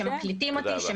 שמקליטים אותי,